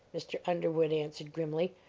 mr. underwood answered, grimly,